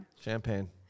champagne